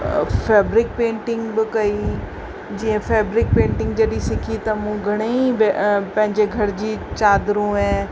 fabric painting बि कई जीअं फेबरिक पेंटिंग जे ॾींहुं सिखी त मूं घणेई पंहिंजे घर जी चादरूं ऐं